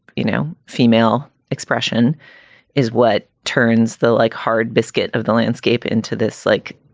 you know, female expression is what turns the like hard biscuit of the landscape into this like,